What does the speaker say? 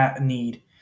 need